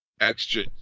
Extra